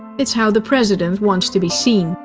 it's how the president wants to be seen,